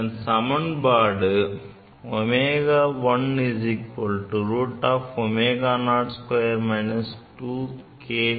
இதன் சமன்பாடு ω1 √ ω02 - 2km